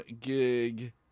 gig